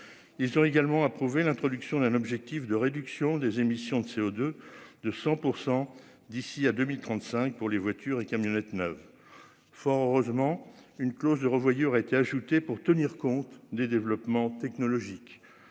Ils ont également approuvé l'introduction d'un objectif de réduction des émissions de CO2 de 100% d'ici à 2035 pour les voitures et camionnettes neuves. Fort heureusement une clause de revoyure a été ajouté pour tenir compte des développements technologiques.